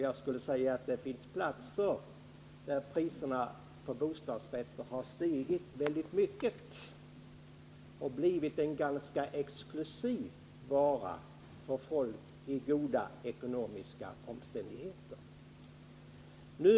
Jag skulle vilja säga att det finns platser där priserna på bostadsrätter harstigit väldigt mycket, så att bostadsrätter blivit en ganska exklusiv vara för folk i goda ekonomiska omständigheter.